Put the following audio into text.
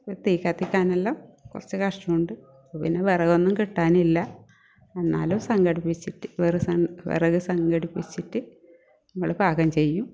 തീ കത്തിക്കാനെല്ലാം കുറച്ച് കഷ്ടമുണ്ട് പിന്നെ വിറകൊന്നും കിട്ടാനില്ല എന്നാലും സംഘടിപ്പിച്ചിട്ട് വിറക് സംഘടിപ്പിച്ചിട്ട് നമ്മൾ പാകം ചെയ്യും